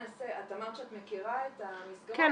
את אמרת שאת מכירה את המסגרות -- כן,